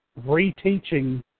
reteaching